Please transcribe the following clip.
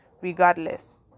regardless